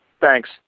thanks